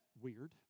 Weird